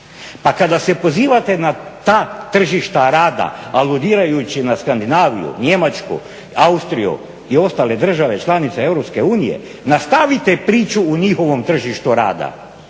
Pa kada se pozivate na ta tržišta rada aludirajući na Skandinaviju, Njemačku, Austriju i ostale države članice EU nastavite priču o njihovom tržištu rada,